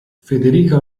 federico